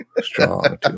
strong